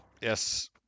Yes